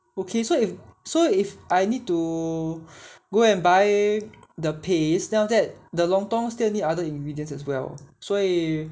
okay so if so if I need to go and buy the paste then after that the lontong still need other ingredients as well 所以